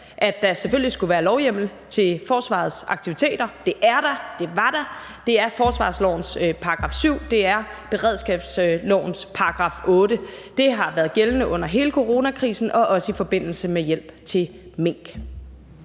at der selvfølgelig skulle være lovhjemmel til forsvarets aktiviteter. Det er der, og det var der. Det er forsvarslovens § 7, det er beredskabslovens § 8. Det har været gældende under hele coronakrisen og også i forbindelse med hjælp til mink.